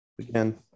again